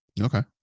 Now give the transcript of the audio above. Okay